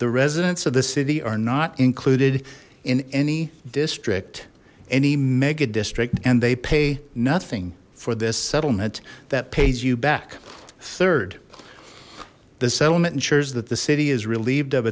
the residents of the city are not included in any district any mega district and they pay nothing for this settlement that pays you back third the settlement ensures that the city is relieved of